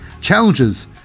Challenges